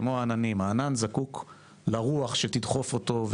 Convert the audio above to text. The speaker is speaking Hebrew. כמו עננים שזקוקים לרוח שדחוף אותם.